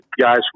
guys